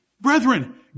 brethren